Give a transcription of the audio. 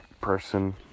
person